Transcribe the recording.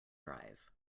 drive